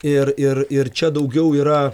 ir ir ir čia daugiau yra